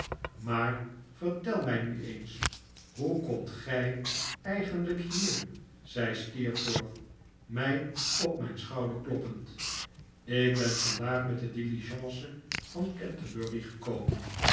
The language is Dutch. maar vertel mij nu eens hoe komt gij eigenlijk hier zei steerforth mij op mijn schouder kloppend ik ben vandaag met de diligence van canterbury gekomen